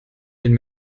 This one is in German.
den